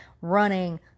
running